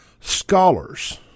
Scholars